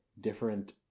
different